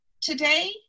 today